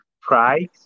price